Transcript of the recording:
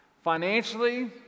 Financially